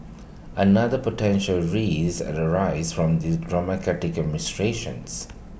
another potential risk and arise from the